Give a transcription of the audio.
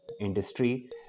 industry